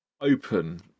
open